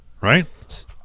right